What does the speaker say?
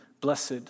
Blessed